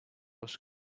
was